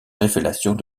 révélations